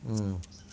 mm